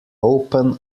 open